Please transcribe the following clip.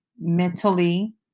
mentally